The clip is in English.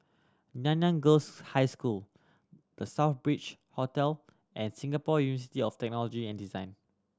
Nanyang Girls' High School The Southbridge Hotel and Singapore University of Technology and Design